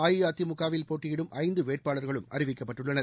அஇஅதிமுகவில் போட்டியிடும் ஐந்துவேட்பாளர்களும் அறிவிக்கப்பட்டுள்ளனர்